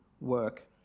work